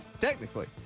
technically